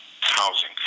housing